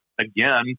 again